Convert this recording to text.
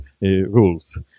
rules